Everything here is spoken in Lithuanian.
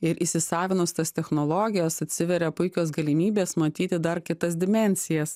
ir įsisavinus tas technologijas atsiveria puikios galimybės matyti dar kitas dimensijas